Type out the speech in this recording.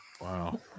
Wow